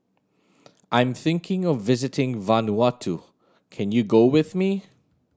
I'm thinking of visiting Vanuatu can you go with me